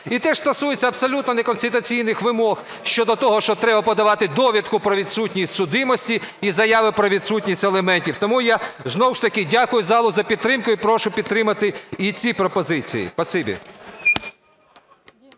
І теж стосується абсолютно неконституційних вимог щодо того, що треба подавати довідку про відсутність судимості і заяви про відсутність елементів. Тому я знову ж таки дякую залу за підтримку і прошу підтримати і ці пропозиції.